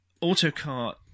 autocar